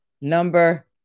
Number